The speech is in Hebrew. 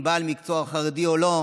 אם בעל מקצוע הוא חרדי או לא,